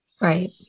Right